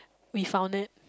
we found it